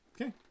Okay